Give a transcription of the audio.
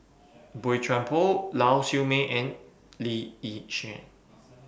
Boey Chuan Poh Lau Siew Mei and Lee Yi Shyan